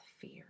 fear